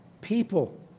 people